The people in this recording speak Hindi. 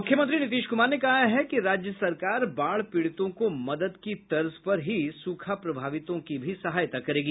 मुख्यमंत्री नीतीश कुमार ने कहा है कि राज्य सरकार बाढ़ पीड़ितों को मदद की तर्ज पर ही सूखा प्रभावितों की भी सहायता करेगी